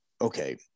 okay